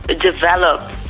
develop